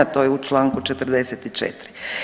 To je u članku 44.